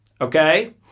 Okay